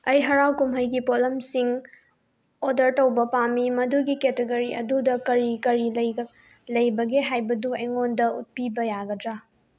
ꯑꯩ ꯍꯔꯥꯎ ꯀꯨꯝꯍꯩꯒꯤ ꯄꯣꯠꯂꯝꯁꯤꯡ ꯑꯣꯔꯗꯔ ꯇꯧꯕ ꯄꯥꯝꯃꯤ ꯃꯗꯨꯒꯤ ꯀꯦꯇꯦꯒꯣꯔꯤ ꯑꯗꯨꯗ ꯀꯔꯤ ꯀꯔꯤ ꯂꯩꯕꯒꯦ ꯍꯥꯏꯕꯗꯨ ꯑꯩꯉꯣꯟꯗ ꯎꯠꯄꯤꯕ ꯌꯥꯒꯗ꯭ꯔꯥ